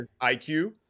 IQ